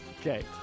okay